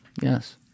Yes